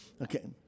Okay